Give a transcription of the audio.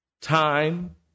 time